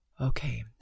Okay